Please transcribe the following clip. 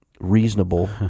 reasonable